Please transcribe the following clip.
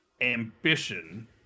ambition